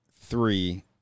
three